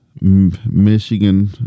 Michigan